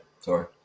Sorry